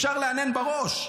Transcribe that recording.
אפשר להנהן בראש,